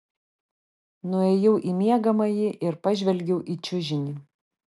nuėjau į miegamąjį ir pažvelgiau į čiužinį